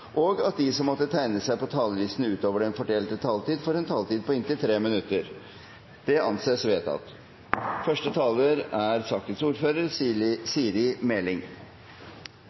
og at de som måtte tegne seg på talerlisten utover den fordelte taletid, får en taletid på inntil 3 minutter. – Det anses vedtatt. Første taler er Sverre Myrli, som nå fungerer som ordfører